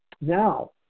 Now